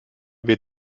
wird